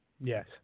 Yes